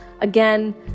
Again